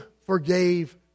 forgave